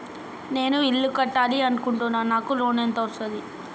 నేను ఇల్లు కట్టాలి అనుకుంటున్నా? నాకు లోన్ ఎంత వస్తది?